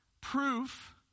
Proof